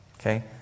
Okay